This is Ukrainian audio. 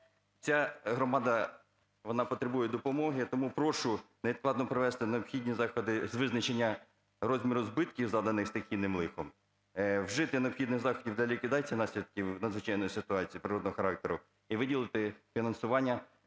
ця громада, вона потребує допомоги. Тому прошу невідкладно провести необхідні заходи з визначення розміру збитків, завданих стихійним лихом, вжити необхідних заходів для ліквідації наслідків надзвичайної ситуації природного характеру. І виділити фінансування